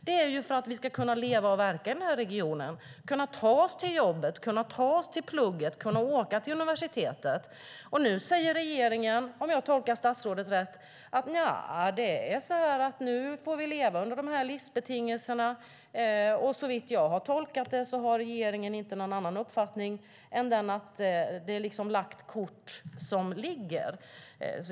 Det är för att vi ska kunna leva och verka i denna region, kunna ta oss till jobbet och kunna ta oss till plugget och kunna åka till universitetet. Nu säger regeringen, om jag tolkar statsrådet rätt, att vi nu får leva under dessa livsbetingelser. Såvitt jag har tolkat det har regeringen inte någon annan uppfattning än att lagt kort ligger.